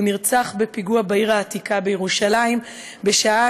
הוא נרצח בפיגוע בעיר העתיקה בירושלים בשעה